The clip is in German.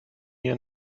hier